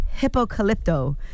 Hippocalypto